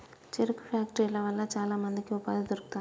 చెరుకు ఫ్యాక్టరీల వల్ల చాల మందికి ఉపాధి దొరుకుతాంది